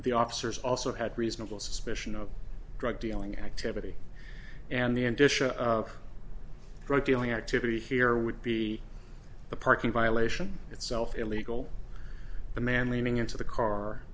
the officers also had reasonable suspicion of drug dealing activity and the end disha drug dealing activity here would be the parking violation itself illegal the man leaning into the car